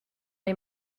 les